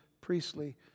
priestly